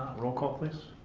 role call please.